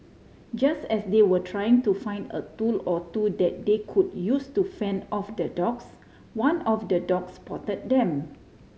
just as they were trying to find a tool or two that they could use to fend off the dogs one of the dogs spot them